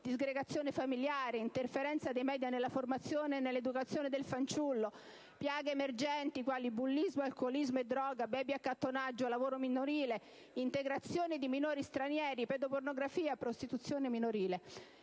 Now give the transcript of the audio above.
disgregazione familiare, all'interferenza dei media nella formazione e nell'educazione del fanciullo, a piaghe emergenti quali bullismo, alcoolismo e droga, *baby*-accattonaggio, lavoro minorile, integrazione di minori stranieri, pedopornografia e prostituzione minorile.